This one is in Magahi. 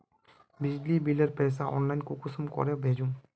बिजली बिलेर पैसा ऑनलाइन कुंसम करे भेजुम?